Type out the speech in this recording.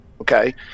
okay